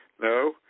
No